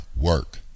work